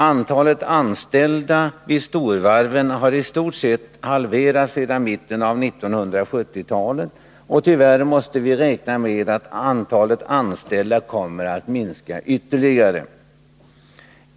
Antalet anställda vid storvarven har i stort sett halverats sedan mitten av 1970-talet, och tyvärr måste vi räkna med att antalet anställda kommer att minska ytterligare.